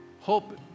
Hope